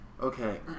Okay